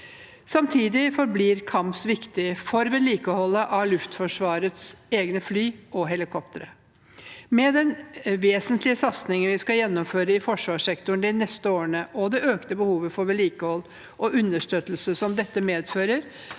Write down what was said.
Samtidig forblir KAMS viktig for vedlikeholdet av Luftforsvarets egne fly og helikoptre. Med den vesentlige satsingen vi skal gjennomføre i forsvarssektoren de neste årene, og med det økte behovet for vedlikehold og understøttelse som dette medfører,